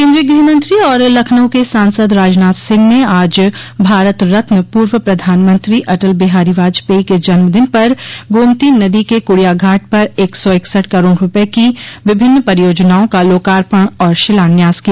केन्द्रीय गृहमंत्री और लखनऊ के सांसद राजनाथ सिंह ने आज भारत रत्न पूर्व प्रधानमंत्री अटल बिहारी बाजपेयी के जन्मदिन पर गोमती नदी के कुड़िया घाट पर एक सौ इकसठ करोड़ करूपये की विभिन्न परियोजनाओं का लोकार्पण और शिलान्यास किया